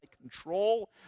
control